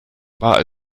war